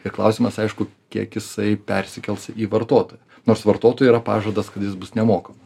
ir klausimas aišku kiek jisai persikels į vartotoją nors vartotojui yra pažadas kad jis bus nemokamas